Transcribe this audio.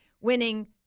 winning